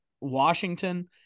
Washington